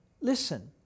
listen